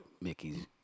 mickey's